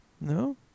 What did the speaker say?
No